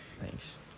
Thanks